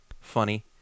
funny